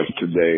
today